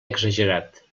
exagerat